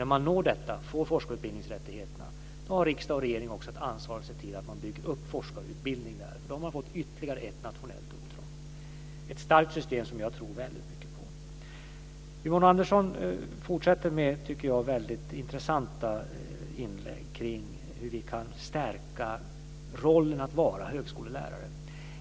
När man når detta och får forskarutbildningsrättigheterna har riksdag och regering också ett ansvar att se till att man bygger upp forskarutbildning där, för de har fått ytterligare ett nationellt uppdrag. Det är ett starkt system som jag tror väldigt mycket på. Yvonne Andersson fortsätter med väldigt intressanta inlägg kring hur vi kan stärka rollen som högskolelärare.